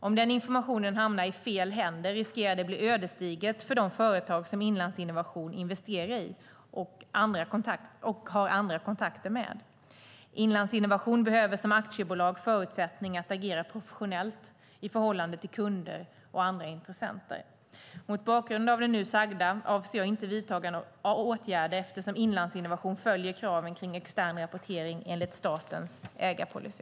Om den informationen hamnar i fel händer riskerar det att bli ödesdigert för de företag som Inlandsinnovation investerar i och har andra kontakter med. Inlandsinnovation behöver som aktiebolag förutsättningar att agera professionellt i förhållande till kunder och andra intressenter. Mot bakgrund av det nu sagda avser jag inte att vidta några åtgärder, eftersom Inlandsinnovation följer kraven kring extern rapportering enligt statens ägarpolicy.